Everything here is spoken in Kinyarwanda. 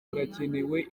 burakenewe